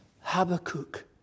Habakkuk